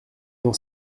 n’en